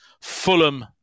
Fulham